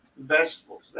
vegetables